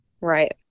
Right